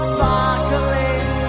Sparkling